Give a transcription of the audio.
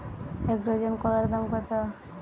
এক ডজন কলার দাম কত?